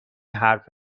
حرف